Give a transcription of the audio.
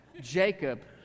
Jacob